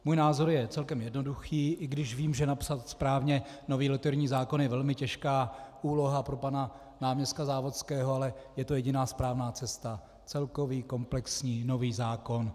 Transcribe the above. Můj názor je celkem jednoduchý, i když vím, že napsat správně nový loterijní zákon je velmi těžká úloha pro pana náměstka Závodského, ale je to jediná správná cesta celkový komplexní nový zákon.